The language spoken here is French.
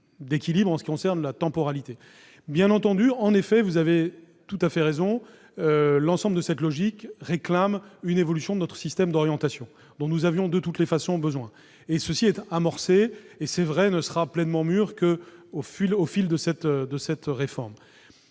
d'équilibre en ce qui concerne la temporalité. Bien entendu, vous avez entièrement raison : l'ensemble de cette logique réclame une évolution de notre système d'orientation, évolution dont nous avions de toutes les façons besoin. Cette évolution est amorcée, mais elle ne sera pleinement mûre qu'au fil de la réforme.